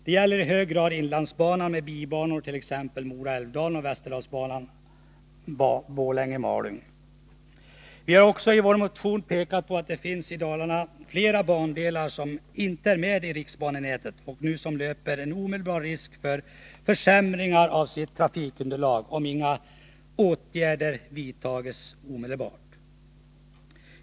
Det gäller i hög grad inlandsbanan med bibanor, t.ex. Mora-Älvdalen och västerdalsbanan Borlänge-Malung. Vi har också i vår motion påpekat att det i Dalarna finns flera bandelar som inte är med i riksbanenätet och som nu löper en omedelbar risk för försämringar av sitt trafikunderlag, om inga åtgärder snabbt vidtas.